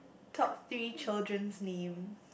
top three children's name